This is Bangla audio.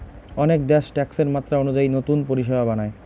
অনেক দ্যাশ ট্যাক্সের মাত্রা অনুযায়ী নতুন পরিষেবা বানায়